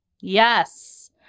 Yes